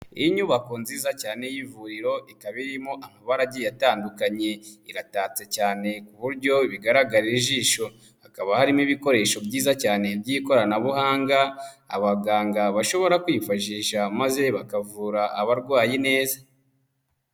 Inyubako nziza cyane y'ivuriro ikaba irimo amabara agiye atandukanye, iratatse cyane ku buryo bigaragarira ijisho, hakaba harimo ibikoresho byiza cyane by'ikoranabuhanga abaganga bashobora kwifashisha maze bakavura abarwayi neza.